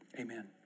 amen